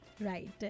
Right